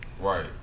Right